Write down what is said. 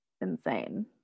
insane